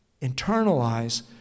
internalize